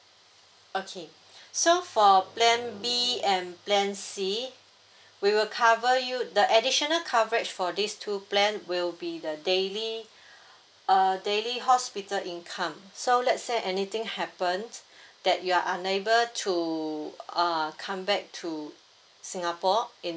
okay so for plan B and plan C we will cover you the additional coverage for these two plan will be the daily err daily hospital income so let's say anything happened that you are unable to err come back to singapore in